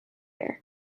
air